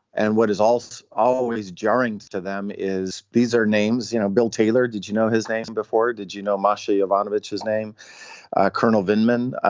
and what is almost always jarring to them is these are names you know bill taylor did you know his name and before. did you know masha ivanovich his name colonel inman.